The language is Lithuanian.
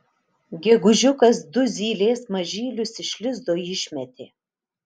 gegužiukas du zylės mažylius iš lizdo išmetė